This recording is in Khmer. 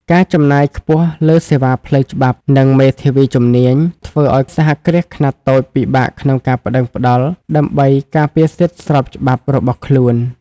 ការចំណាយខ្ពស់លើសេវាផ្លូវច្បាប់ និងមេធាវីជំនាញ ធ្វើឱ្យសហគ្រាសខ្នាតតូចពិបាកក្នុងការប្ដឹងផ្ដល់ដើម្បីការពារសិទ្ធិស្របច្បាប់របស់ខ្លួន។